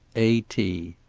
a. t.